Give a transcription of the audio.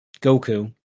Goku